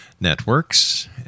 Networks